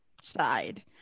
side